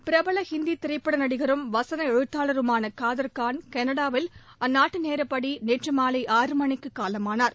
பிரபல ஹிந்தி திரைப்பட நடிகரும் வசன எழுத்தாளருமான காதர்கான் கனடாவில் அந்நாட்டு நேரடிப்படி நேற்று மாலை ஆறு மணிக்கு காலமானார்